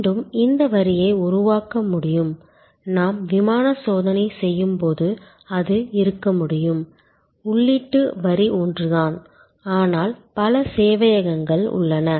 மீண்டும் இந்த வரியை உருவாக்க முடியும் நாம் விமான சோதனை செய்யும் போது அது இருக்க முடியும் உள்ளீட்டு வரி ஒன்றுதான் ஆனால் பல சேவையகங்கள் உள்ளன